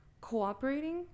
cooperating